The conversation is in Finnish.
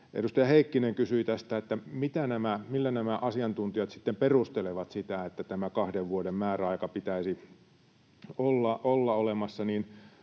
Edustaja Heikkinen kysyi tästä, että millä nämä asiantuntijat sitten perustelevat sitä, että tämä kahden vuoden määräaika pitäisi olla olemassa.